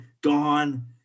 gone